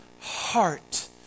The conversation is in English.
heart